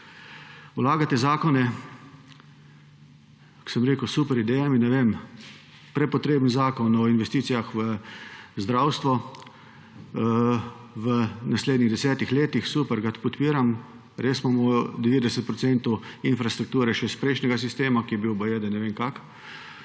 Vlagate zakone, kot sem rekel, s super idejami, ne vem, prepotreben zakon o investicijah v zdravstvu v naslednjih 10 letih. Super, ga podpiram, res imamo 90 % infrastrukture še iz prejšnjega sistema, ki baje, da je bil ne